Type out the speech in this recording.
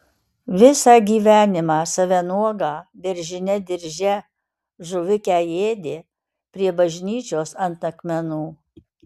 visą gyvenimą save nuogą beržine dirže žuvikę ėdė prie bažnyčios ant akmenų